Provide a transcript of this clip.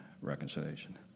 reconciliation